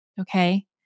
Okay